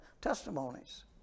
testimonies